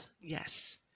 yes